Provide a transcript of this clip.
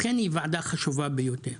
לכן היא ועדה חשובה ביותר.